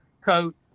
coat